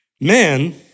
Man